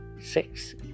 six